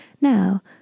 Now